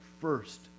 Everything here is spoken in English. first